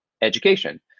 education